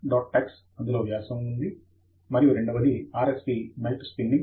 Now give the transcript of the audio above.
tex అందులో వ్యాసము ఉంది మరియు రెండవది RSP మెల్ట్ స్పిన్నింగ్